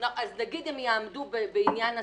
נגיד, הם יעמדו בעניין הסכום,